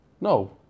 No